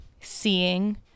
seeing